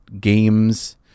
games